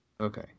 Okay